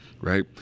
right